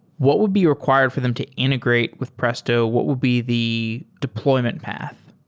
what would be required for them to integrate with presto? what would be the deployment path?